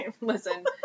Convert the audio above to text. Listen